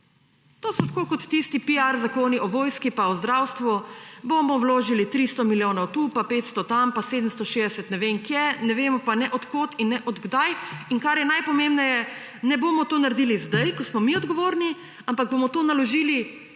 To so tako kot tisti piar zakoni o vojski pa o zdravstvu – bomo vložili 300 milijonov tu, 500 tam pa 760 ne vem kje; ne vemo pa, ne od kod in ne od kdaj. In kar je najpomembneje, ne bomo tega naredili zdaj, ko smo mi odgovorni, ampak bomo to naložili